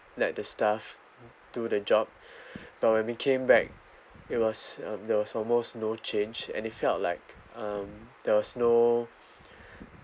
let the staff do the job but when we came back it was um there was almost no change and it felt like um there was no